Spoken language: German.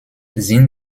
sinn